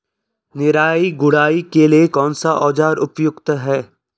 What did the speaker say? निराई गुड़ाई के लिए कौन सा औज़ार उपयुक्त है?